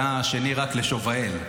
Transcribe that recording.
אתה שני רק לשובאל.